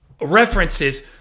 references